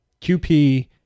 QP